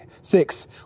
six